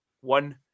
one